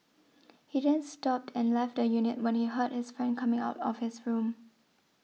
he then stopped and left the unit when he heard his friend coming out of his room